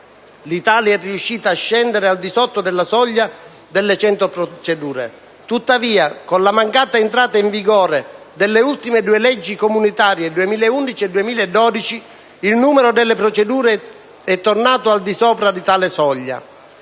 l'Italia è riuscita a scendere al di sotto della soglia delle 100 procedure. Tuttavia, con la mancata entrata in vigore delle ultime due leggi comunitarie per il 2011 e il 2012, il numero delle procedure è tornato al di sopra di tale soglia.